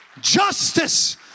Justice